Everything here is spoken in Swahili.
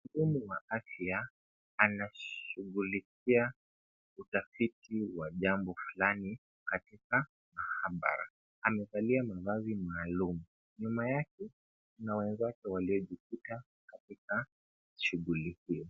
Mhudumu wa afya anashughulikia utafiti wa jambo fulani katika maabara. Amevalia mavazi maalum. Nyuma yake kuna wenzake waliojikuta katika shughuli hiyo.